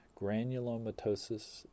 granulomatosis